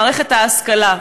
מערכת ההשכלה הגבוהה.